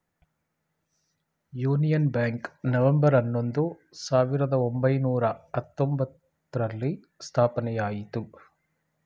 union Bank November ಹನ್ನೊಂದು, ಸಾವಿರದ ಒಂಬೈನೂರ ಹತ್ತೊಂಬ್ತರಲ್ಲಿ ಸ್ಥಾಪನೆಯಾಯಿತು